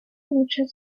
muchas